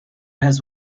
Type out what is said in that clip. has